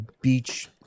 beach